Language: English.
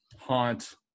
Haunt